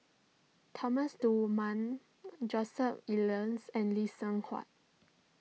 Thomas Dunman Joseph Elias and Lee Seng Huat